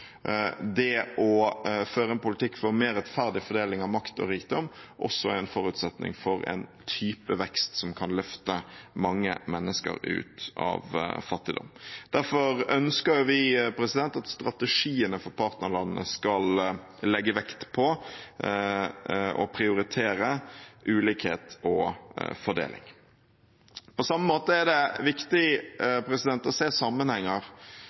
det å føre en politikk for mer rettferdig fordeling av makt og rikdom også er en forutsetning for en type vekst som kan løfte mange mennesker ut av fattigdom. Derfor ønsker vi at strategiene for partnerlandene skal legge vekt på og prioritere ulikhet og fordeling. På samme måte er det viktig å se sammenhenger.